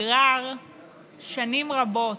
שנגרר שנים רבות,